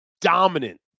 dominant